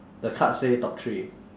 the card say top three